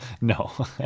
no